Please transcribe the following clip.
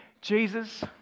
Jesus